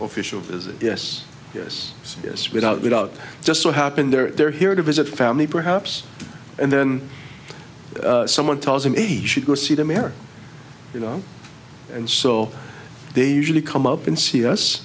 official visit yes yes yes without without just what happened there they're here to visit family perhaps and then someone tells him he should go see them ere you know and so they usually come up and see us